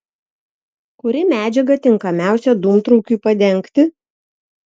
kuri medžiaga tinkamiausia dūmtraukiui padengti